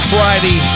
Friday